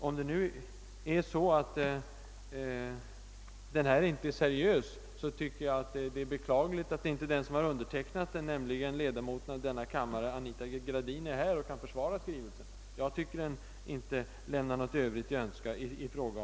Om den inte är seriös tycker jag att det är beklagligt att inte den som har undertecknat den, ledamoten av denna kammare Anita Gradin, är här och kan försvara skrivelsen.